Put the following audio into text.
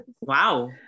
wow